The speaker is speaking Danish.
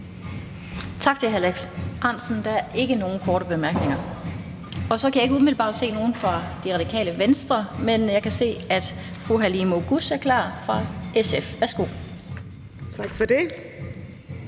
Tak til hr. Alex Ahrendtsen. Der er ikke nogen korte bemærkninger. Så kan jeg ikke umiddelbart se nogen fra Det Radikale Venstre, men jeg kan se, at fru Halime Oguz fra SF er klar. Værsgo. Kl.